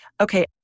Okay